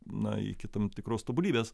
na iki tam tikros tobulybės